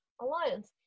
alliance